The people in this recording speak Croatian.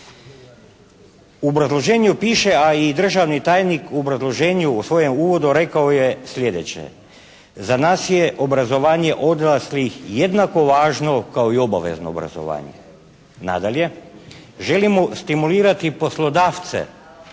U obrazloženju piše, a i državni tajnik je u obrazloženju u svojem uvodu je rekao slijedeće. Za nas je obrazovanje odraslih jednako važno kao i obavezno obrazovanje. Nadalje, želimo stimulirati poslodavce